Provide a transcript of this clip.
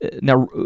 now